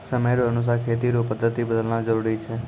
समय रो अनुसार खेती रो पद्धति बदलना जरुरी छै